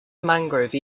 mangrove